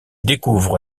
découvre